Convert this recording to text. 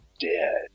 dead